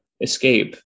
escape